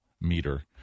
meter